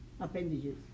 appendages